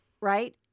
Right